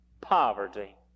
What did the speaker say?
poverty